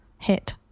hit